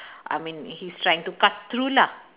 I mean he's trying to cut through lah